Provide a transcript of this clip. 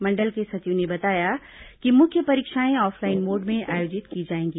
मंडल के सचिव ने बताया कि मुख्य परीक्षाएं ऑफलाइन मोड में आयोजित की जाएगी